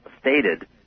stated